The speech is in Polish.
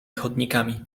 chodnikami